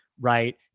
right